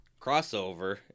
Crossover